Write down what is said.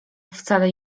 wcale